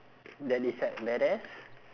that is like badass